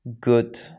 good